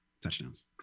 touchdowns